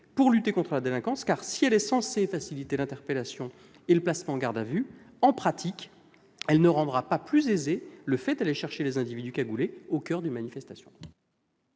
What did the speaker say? pour lutter contre la délinquance, car, si elle est censée faciliter l'interpellation et le placement en garde à vue, en pratique, elle ne rendra pas plus aisé le fait d'aller chercher les individus cagoulés au coeur d'une manifestation.